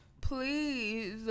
Please